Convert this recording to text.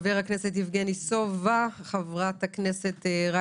חבר הכנסת יבגני סובה,